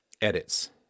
edits